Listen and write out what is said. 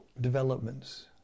developments